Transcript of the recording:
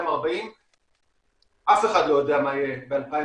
2040. אף אחד לא יודע מה יהיה ב-2040,